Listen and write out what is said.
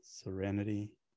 Serenity